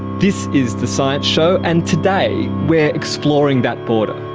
this is the science show. and today we're exploring that border,